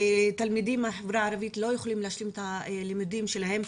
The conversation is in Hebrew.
תלמידים מן החברה הערבית לא יכולים להשלים את הלימודים שלהם.